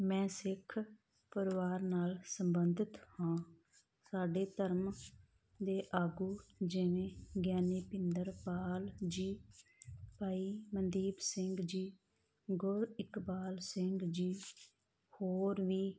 ਮੈਂ ਸਿੱਖ ਪਰਿਵਾਰ ਨਾਲ ਸੰਬੰਧਿਤ ਹਾਂ ਸਾਡੇ ਧਰਮ ਦੇ ਆਗੂ ਜਿਵੇਂ ਗਿਆਨੀ ਪਿੰਦਰਪਾਲ ਜੀ ਭਾਈ ਮਨਦੀਪ ਸਿੰਘ ਜੀ ਗੁਰਇਕਬਾਲ ਸਿੰਘ ਜੀ ਹੋਰ ਵੀ